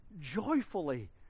joyfully